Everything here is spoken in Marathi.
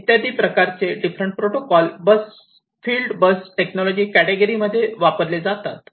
इत्यादी प्रकारचे different protocol field bus technology category मध्ये वापरले जातात